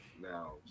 now